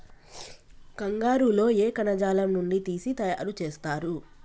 కంగారు లో ఏ కణజాలం నుండి తీసి తయారు చేస్తారు?